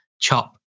chop